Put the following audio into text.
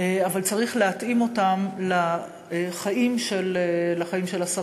אבל צריך להתאים אותם לחיים של השרים.